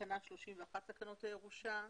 תקנה 31 לתקנות הירושה.